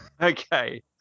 Okay